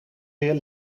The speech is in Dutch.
weer